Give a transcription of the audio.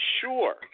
sure